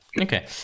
okay